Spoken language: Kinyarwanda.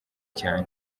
cyane